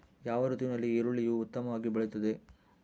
ಯಾವ ಋತುವಿನಲ್ಲಿ ಈರುಳ್ಳಿಯು ಉತ್ತಮವಾಗಿ ಬೆಳೆಯುತ್ತದೆ?